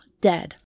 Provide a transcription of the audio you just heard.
dead